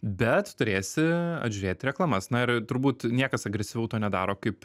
bet turėsi atžiūrėti reklamas na ir turbūt niekas agresyviau to nedaro kaip